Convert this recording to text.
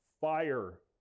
fire